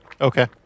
Okay